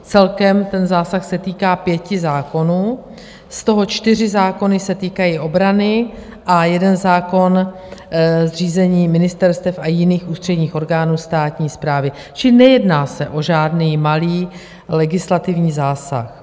Celkem se ten zásah týká pěti zákonů, z toho čtyři zákony se týkají obrany a jeden zákon zřízení ministerstev a jiných ústředních orgánů státní správy, čili nejedná se o žádný malý legislativní zásah.